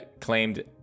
claimed